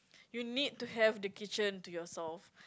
you need to have the kitchen to yourself